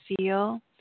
feel